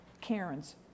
Karen's